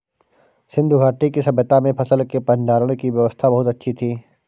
सिंधु घाटी की सभय्ता में फसल के भंडारण की व्यवस्था बहुत अच्छी थी